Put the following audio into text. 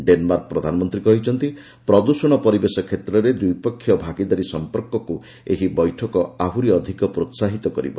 Denmark ପ୍ରଧାନମନ୍ତ୍ରୀ କହିଛନ୍ତି ପ୍ରଦୃଷଣ ପରିବେଶ କ୍ଷେତ୍ରରେ ଦ୍ୱିପକ୍ଷିୟ ଭାଗିଦାରୀ ସମ୍ପର୍କକୁ ଏହି ବୈଠକ ଆହୁରି ଅଧିକ ପ୍ରୋସାହିତ କରିବ